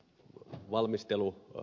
valmistelu on